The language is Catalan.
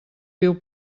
viu